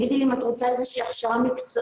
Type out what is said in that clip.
שאלתי אותה אם היא רוצה איזו הכשרה מקצועית